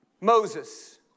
Moses